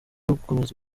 gukomeza